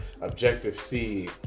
Objective-C